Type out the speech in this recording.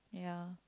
ya